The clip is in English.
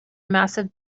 massive